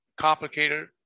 complicated